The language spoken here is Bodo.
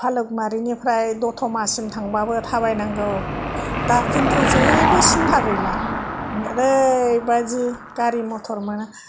भालुकमारिनिफ्राय दतमासिम थांबाबो थाबायनांगौ दा खिन्थु जेबो सिन्था गैला ओरैबादि गारि मथर मोनो